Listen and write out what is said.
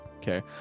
Okay